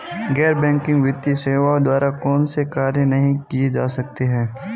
गैर बैंकिंग वित्तीय सेवाओं द्वारा कौनसे कार्य नहीं किए जा सकते हैं?